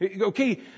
Okay